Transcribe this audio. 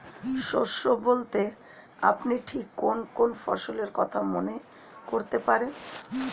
শস্য বলতে আপনি ঠিক কোন কোন ফসলের কথা মনে করতে পারেন?